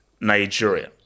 Nigeria